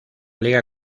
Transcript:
liga